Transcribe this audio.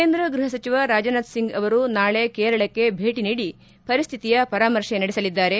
ಕೇಂದ್ರ ಗೃಹ ಸಚಿವ ರಾಜ್ನಾಥ್ ಸಿಂಗ್ ಅವರು ನಾಳೆ ಕೇರಳಕ್ಷೆ ಭೇಟ ನೀಡಿ ಪರಿಸ್ಟಿತಿಯ ಪರಾಮರ್ಶೆ ನಡೆಸಲಿದ್ದಾರೆ